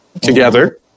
Together